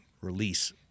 release